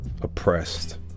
oppressed